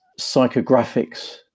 psychographics